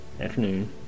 afternoon